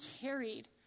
carried